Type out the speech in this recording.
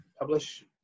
publish